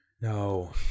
no